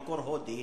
במקור הודי,